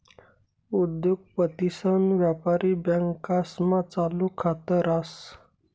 उद्योगपतीसन व्यापारी बँकास्मा चालू खात रास